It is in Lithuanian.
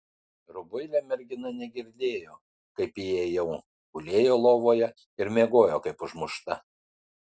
rubuilė mergina negirdėjo kaip įėjau gulėjo lovoje ir miegojo kaip užmušta